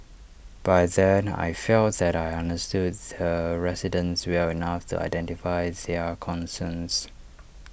by then I felt that I understood the residents well enough to identify their concerns